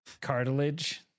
cartilage